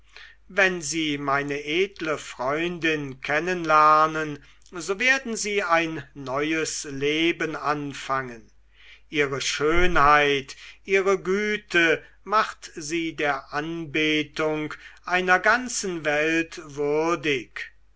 wenn sie meine edle freundin kennen lernen so werden sie ein neues leben anfangen ihre schönheit ihre güte macht sie der anbetung einer ganzen welt würdig